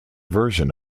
version